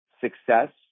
success